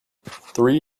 three